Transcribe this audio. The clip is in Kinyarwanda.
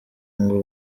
ngo